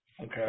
Okay